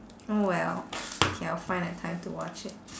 oh well K I'll find a time to watch it